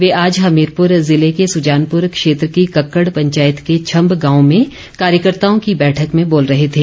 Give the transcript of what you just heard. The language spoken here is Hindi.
वे आज हमीरपुर ज़िले के सुजानपुर क्षेत्र की कक्कड़ पंचायत के छम्ब गांव में कार्यकर्ताओं की बैठक में बोल रहे थे